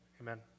amen